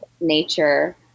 nature